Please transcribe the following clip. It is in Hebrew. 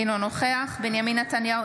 אינו נוכח בנימין נתניהו,